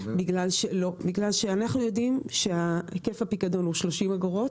אנחנו יודעים שהיקף הפיקדון הוא 30 אגורות.